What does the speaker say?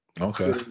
Okay